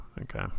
Okay